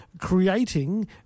creating